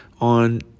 on